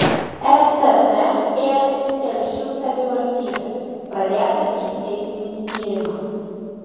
stt ėmėsi telšių savivaldybės pradėtas ikiteisminis tyrimas